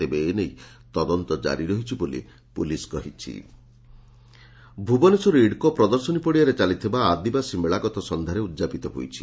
ତେବେ ଏ ନେଇ ତଦନ୍ତ ଜାରି ରହିଛି ବୋଲି ପୁଲିସ୍ କହିଛି ଆଦିବାସୀ ମେଳା ଭୁବନେଶ୍ୱର ଇଡ୍କୋ ପ୍ରଦର୍ଶନୀ ପଡ଼ିଆଠାରେ ଚାଲିଥିବା ଆଦିବାସୀ ମେଳା ଗତ ସନ୍ଧ୍ୟାରେ ଉଦ୍ଯାପିତ ହୋଇଛି